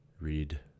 read